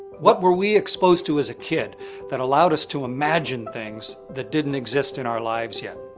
what were we exposed to as a kid that allowed us to imagine things that didn't exist in our lives yet?